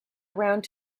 around